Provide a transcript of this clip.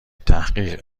تحقیق